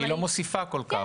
היא לא מוסיפה כל-כך.